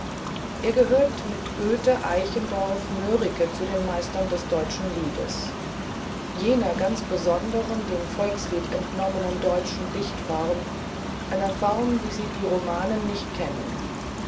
er gehört mit goethe eichendorff mörike zu den meistern des deutschen liedes jener besonderen dem volksmunde entnommenen deutschen dichtform einer form wie sie die romanen nicht kennen